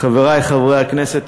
חברי חברי הכנסת,